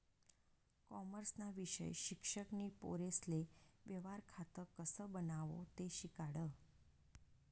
कॉमर्सना विषय शिक्षक नी पोरेसले व्यवहार खातं कसं बनावो ते शिकाडं